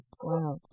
Wow